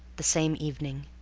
the same evening.